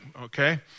okay